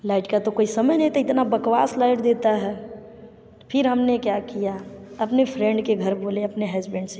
light का तो कोई समय नहीं था इतना बकबास लाइट देते हैं फिर हम ने क्या किया अपने फ्रेंड के घर बोले अपने हस्बैंड से